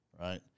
right